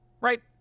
right